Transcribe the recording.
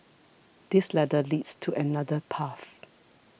this ladder leads to another path